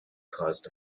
caused